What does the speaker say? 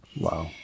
Wow